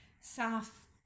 south